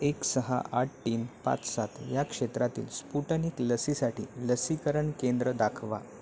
एक सहा आठ तीन पाच सात या क्षेत्रातील स्पुटनिक लसीसाठी लसीकरण केंद्र दाखवा